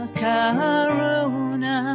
karuna